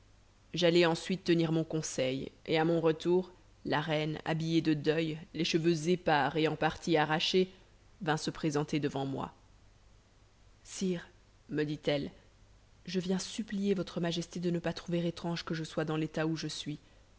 j'allai ensuite tenir mon conseil et à mon retour la reine habillée de deuil les cheveux épars et en partie arrachés vint se présenter devant moi sire me dit-elle je viens supplier votre majesté de ne pas trouver étrange que je sois dans l'état où je suis